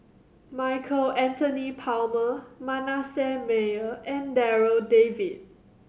Michael Anthony Palmer Manasseh Meyer and Darryl David